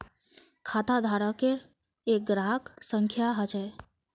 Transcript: खाताधारकेर एक ग्राहक संख्या ह छ